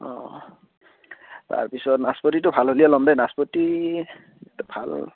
অঁ তাৰপিছত নাচপতিটো ভাল হ'লেহে ল'ম দে নাচপতি ভাল